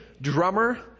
drummer